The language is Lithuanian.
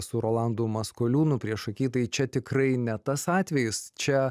su rolandu maskoliūnu priešaky tai čia tikrai ne tas atvejis čia